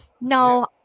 no